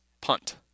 Punt